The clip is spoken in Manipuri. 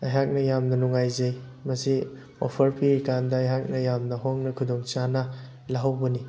ꯑꯩꯍꯥꯛꯅ ꯌꯥꯝꯅ ꯅꯨꯡꯉꯥꯏꯖꯩ ꯃꯁꯤ ꯑꯣꯐꯔ ꯄꯤꯔꯤꯀꯥꯟꯗ ꯑꯩꯍꯥꯛꯅ ꯌꯥꯝꯅ ꯍꯣꯡꯅ ꯈꯨꯗꯣꯡꯆꯥꯅ ꯂꯧꯍꯧꯕꯅꯤ